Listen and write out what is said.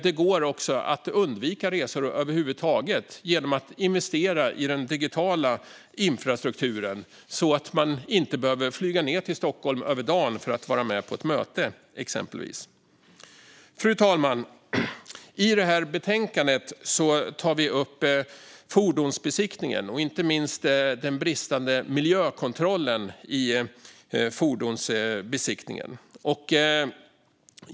Det går också att undvika resor över huvud taget genom att investera i den digitala infrastrukturen så att man inte behöver flyga ned till Stockholm över dagen för att exempelvis vara med på ett möte. Fru talman! I betänkandet tar vi upp fordonsbesiktningen och inte minst den bristande miljökontrollen i fordonsbesiktningen.